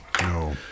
No